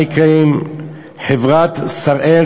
מה יקרה עם חברת "שראל",